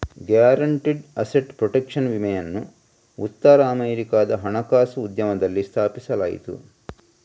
guaranteed asset protection ವಿಮೆಯನ್ನು ಉತ್ತರ ಅಮೆರಿಕಾದ ಹಣಕಾಸು ಉದ್ಯಮದಲ್ಲಿ ಸ್ಥಾಪಿಸಲಾಯಿತು